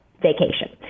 vacation